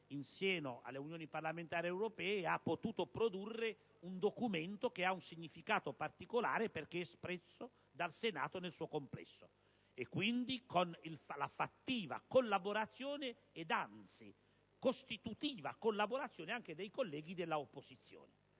il senatore Massimo Garavaglia, ha potuto produrre un documento che ha un significato particolare, perché espresso dal Senato nel suo complesso, quindi con la fattiva collaborazione ed anzi costitutiva collaborazione anche dei colleghi dell'opposizione.